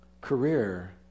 career